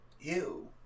Ew